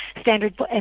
Standard &